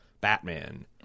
Batman